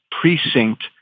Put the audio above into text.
precinct